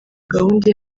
gahunda